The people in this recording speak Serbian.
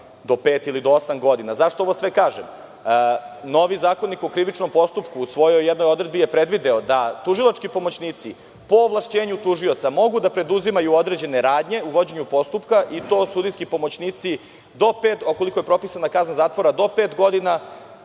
do pet ili do osam godina.Zašto sve ovo kažem? Novi Zakonik o krivičnom postupku u jednoj svojoj odredbi je predvideo da tužilački pomoćnici, po ovlašćenju tužioca, mogu da preduzimaju određene radnje u vođenju postupka i to sudijski pomoćnici ukoliko je propisana kazna zatvora do pet godina